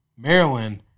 Maryland